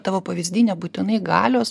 tavo pavyzdy nebūtinai galios